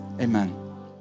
amen